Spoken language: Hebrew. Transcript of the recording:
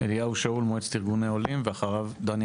אליהו שאול, מועצת ארגונים עולים, בבקשה.